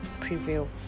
prevail